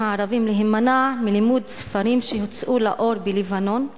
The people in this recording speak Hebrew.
הערבים להימנע מלימוד ספרים שהוצאו לאור בלבנון?